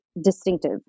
distinctive